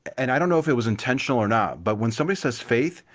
and i don't know if it was intentional or not, but when somebody says faith,